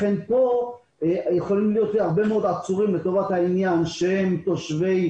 לכן פה יכולים להיות הרבה עצורים לטובת העניין שהם תושבי